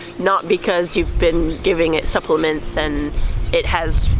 not because you've been giving it supplements and it has,